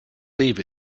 leave